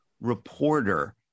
reporter